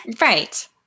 Right